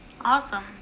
awesome